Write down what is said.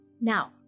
Now